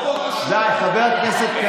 אז ברור לנו על מה מצביעים.